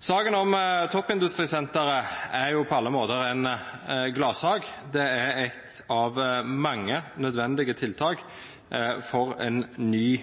Saka om toppindustrisenteret er på alle måtar ei gladsak. Det er eit av mange nødvendige tiltak for ein ny